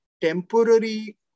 temporary